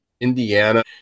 Indiana